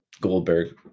Goldberg